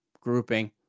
grouping